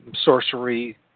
sorcery